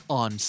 on